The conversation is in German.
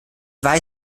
weiß